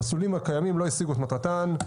המסלולים הקיימים לא השיגו את מטרתם,